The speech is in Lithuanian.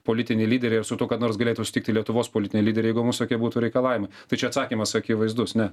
politiniai lyderiai ar su tuo kada nors galėtų sutikti lietuvos politiniai lyderiai jeigu mums tokie būtų reikalavimai tai čia atsakymas akivaizdus ne